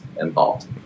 involved